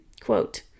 quote